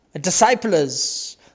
disciples